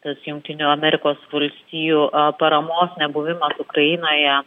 tas jungtinių amerikos valstijų paramos nebuvimas ukrainoje